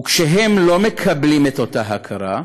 וכשהם לא מקבלים את אותה הכרה,